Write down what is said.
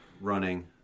running